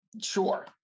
sure